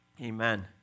Amen